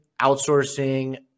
outsourcing